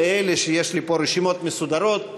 יש לי פה רשימות מסודרות,